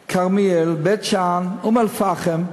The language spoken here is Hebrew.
כרמיאל, בית-שאן, אום-אלפחם,